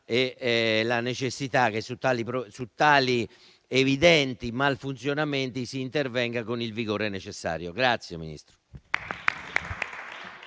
la necessità che su tali evidenti malfunzionamenti si intervenga con il vigore necessario.